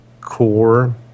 core